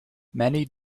many